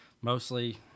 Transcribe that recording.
mostly